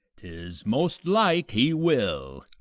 tis most like he will.